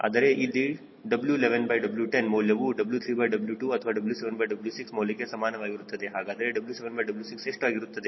ಆದರೆ ಇಲ್ಲಿ W11W10 ಮೌಲ್ಯವು W3W2 ಅಥವಾ W7W6 ಮೌಲ್ಯಕ್ಕೆ ಸಮಾನವಾಗಿರುತ್ತದೆ ಹಾಗಾದರೆ W7W6 ಎಷ್ಟು ಆಗಿರುತ್ತದೆ